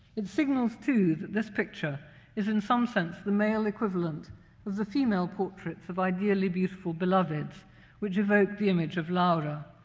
it signals too that this picture is in some sense the male equivalent of the female portraits of ideally beautiful beloveds which evoke the image of laura.